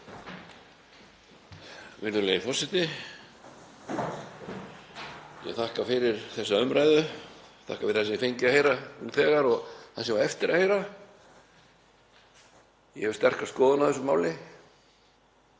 Virðulegi forseti. Ég þakka fyrir þessa umræðu, þakka fyrir það sem ég hef fengið að heyra nú þegar og það sem ég á eftir að heyra. Ég hef sterka skoðun á þessu máli